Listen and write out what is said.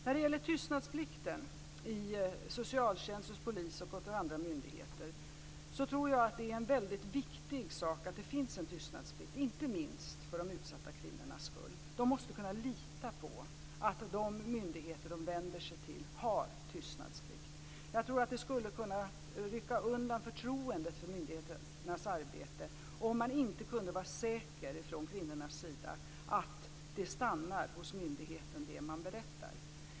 När det gäller tystnadsplikten inom socialtjänsten, polisen och andra myndigheter tror jag att det är mycket viktigt att det finns en tystnadsplikt, inte minst för de utsatta kvinnornas skull. De måste kunna lita på att de myndigheter som de vänder sig till har tystnadsplikt. Jag tror att det skulle kunna rycka undan förtroendet för myndigheternas arbete om man från kvinnornas sida inte kunde vara säker på att det som de berättar stannar hos myndigheten.